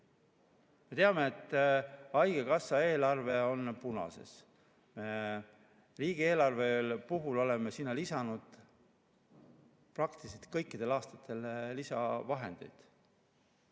Me teame, et haigekassa eelarve on punases. Riigieelarve puhul oleme sinna lisanud praktiliselt kõikidel aastatel lisavahendeid.